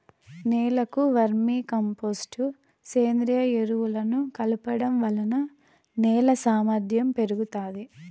నేలకు vermicompost, సేంద్రీయ ఎరువులను కలపడం వలన నేల సామర్ధ్యం పెరుగుతాది